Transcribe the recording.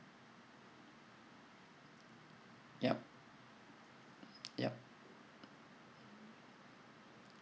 yup yup